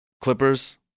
Clippers